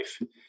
life